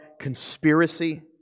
conspiracy